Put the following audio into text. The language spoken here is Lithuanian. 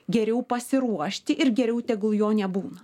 geriau pasiruošti ir geriau tegul jo nebūna